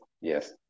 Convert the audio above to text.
yes